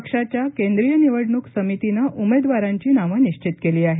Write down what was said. पक्षाच्या केंद्रिय निवडणूक समितीनं उमेदवारांची नावं निब्बित केली आहेत